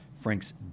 Frank's